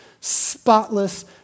spotless